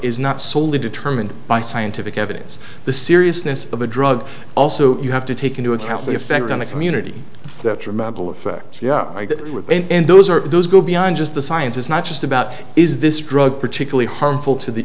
is not solely determined by scientific evidence the seriousness of a drug also you have to take into account the effect on the community that your mental effects yeah i did and those are those go beyond just the science is not just about is this drug particularly harmful t